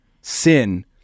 sin